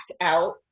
out